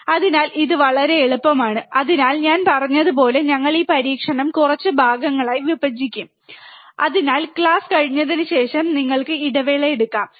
അതിനാൽ ഇത് വളരെ എളുപ്പമാണ് അതിനാൽ ഞാൻ പറഞ്ഞതുപോലെ ഞങ്ങൾ ഈ പരീക്ഷണം കുറച്ച് ഭാഗങ്ങളായി വിഭജിക്കും അതിനാൽ ക്ലാസ് കഴിഞ്ഞതിന് ശേഷം നിങ്ങൾക്ക് ഇടവേള എടുക്കാം